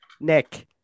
Nick